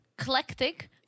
Eclectic